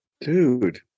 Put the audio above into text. Dude